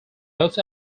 most